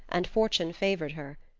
and fortune favored her.